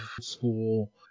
school